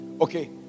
Okay